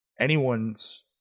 anyone's